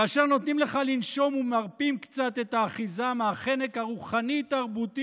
כאשר נותנים לך לנשום ומרפים קצת את האחיזה מהחנק הרוחני-תרבותי,